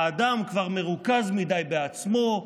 האדם כבר מרוכז מדי בעצמו,